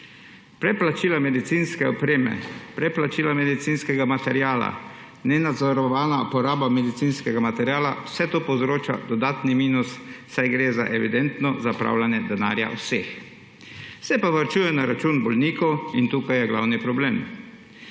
Preplačila medicinske opreme, preplačila medicinskega materiala, nenadzorovana poraba medicinskega materiala, vse to povzroča dodatni minus, saj gre za evidentno zapravljanje denarja vseh. Se pa varčuje na račun bolnikov in tu je glavni problem.